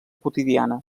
quotidiana